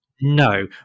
No